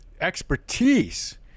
expertise